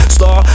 Star